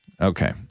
okay